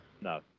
no